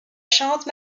charente